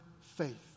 faith